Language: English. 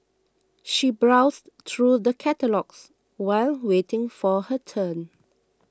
she browsed through the catalogues while waiting for her turn